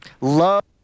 Love